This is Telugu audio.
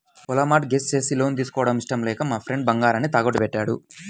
పొలం మార్ట్ గేజ్ చేసి లోన్ తీసుకోవడం ఇష్టం లేక మా ఫ్రెండు బంగారాన్ని తాకట్టుబెట్టాడు